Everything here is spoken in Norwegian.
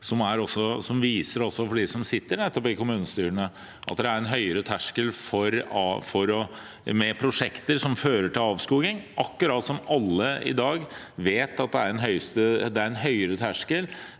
som viser, også for dem som sitter i kommunestyrene, at det er en høyere terskel for prosjekter som fører til avskoging, akkurat som alle i dag vet at det er en høyere terskel